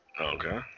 Okay